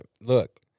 look